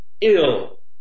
ill